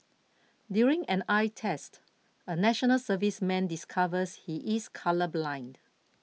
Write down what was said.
during an eye test a National Serviceman discovers he is colourblind